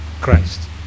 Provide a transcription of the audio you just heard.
Christ